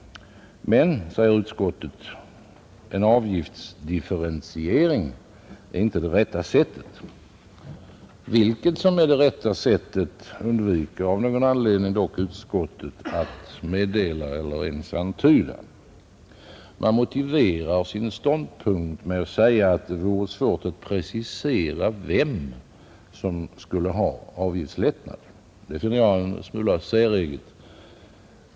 Men, säger utskottet, en avgiftsdifferentiering är inte det rätta sättet. Vilket som är det rätta sättet undviker av någon anledning utskottet dock att meddela eller ens antyda. Man motiverar sin ståndpunkt med att det vore svårt att precisera vem som skulle ha avgiftslättnad. Detta finner jag en smula säreget.